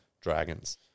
Dragons